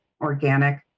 organic